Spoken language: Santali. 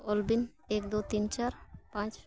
ᱚᱞᱵᱤᱱ ᱮᱠ ᱫᱳ ᱛᱤᱱ ᱪᱟᱨ ᱯᱟᱸᱪ